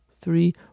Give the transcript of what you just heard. three